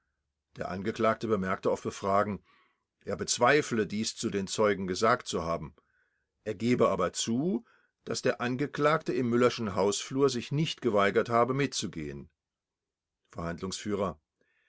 der angeklagte bemerkte auf befragen er bezweifle dies zu den zeugen gesagt zu haben er gebe aber zu daß der angeklagte im müllerschen hausflur sich nicht geweigert habe mitzugehen